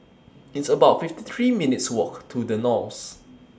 It's about fifty three minutes' Walk to The Knolls